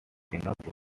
singapore